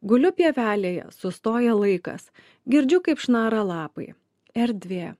guliu pievelėje sustoja laikas girdžiu kaip šnara lapai erdvė